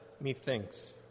methinks